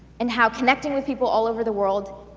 and how connecting with people all over the world,